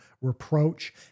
reproach